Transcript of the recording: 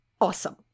awesome